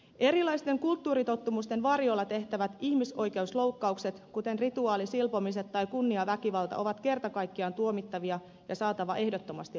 erilaisten kulttuuritottumusten varjolla tehtävät ihmisoikeusloukkaukset kuten rituaalisilpomiset tai kunniaväkivalta ovat kerta kaikkiaan tuomittavia ja ne on saatava ehdottomasti loppumaan